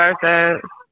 perfect